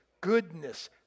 goodness